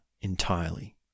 entirely